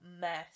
mess